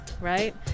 right